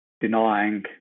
denying